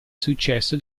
successo